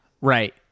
right